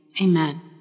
Amen